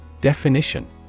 Definition